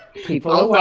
people are